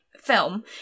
film